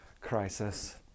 crisis